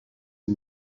est